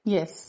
Yes